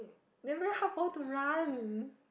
then very hard for her to run